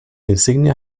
insignia